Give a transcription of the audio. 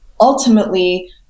ultimately